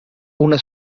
una